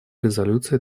резолюции